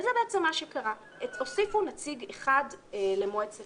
וזה בעצם מה שקרה הוסיפו נציג אחד למועצה.